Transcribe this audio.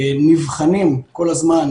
נבחנים כל הזמן